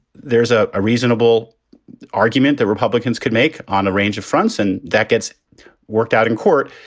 there's a a reasonable argument that republicans can make on a range of fronts and that gets worked out in court.